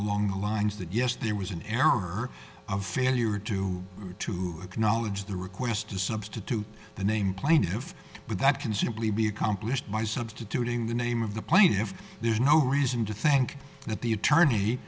along the lines that yes there was an error a failure due to acknowledge the request to substitute the name plaintiff but that can simply be accomplished by substituting the name of the plaintiffs there's no reason to thank that the attorney